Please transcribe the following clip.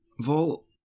Vol